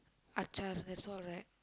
achar that's all right